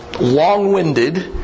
long-winded